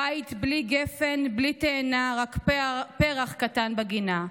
/ בית בלי גפן, בלי תאנה / רק פרח קטן בגינה.